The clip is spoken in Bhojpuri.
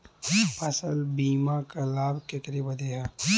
फसल बीमा क लाभ केकरे बदे ह?